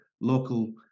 local